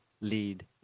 lead